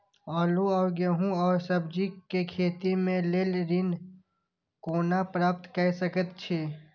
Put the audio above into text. आलू और गेहूं और सब्जी के खेती के लेल ऋण कोना प्राप्त कय सकेत छी?